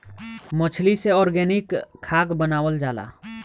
मछली से ऑर्गनिक खाद्य बनावल जाला